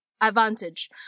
advantage